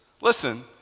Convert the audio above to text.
Listen